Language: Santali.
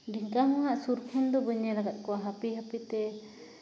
ᱰᱷᱮᱝᱠᱟ ᱦᱚᱸ ᱦᱟᱸᱜ ᱥᱩᱨ ᱠᱷᱚᱱ ᱫᱚ ᱵᱟᱹᱧ ᱧᱮᱞ ᱟᱠᱟᱫ ᱠᱚᱣᱟ ᱦᱟᱯᱤ ᱦᱟᱯᱤᱛᱮ